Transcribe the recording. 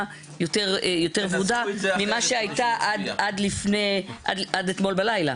יותר ורודה ממה שהייתה עד אתמול בלילה.